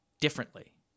differently